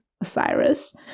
Osiris